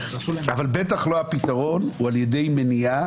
אבל הפתרון הוא בטח לא על ידי מניעה.